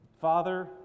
Father